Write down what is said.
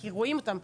כי רואים אותם.